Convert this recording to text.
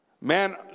man